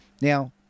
Now